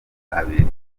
abiri